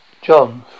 John